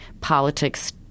politics